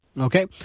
Okay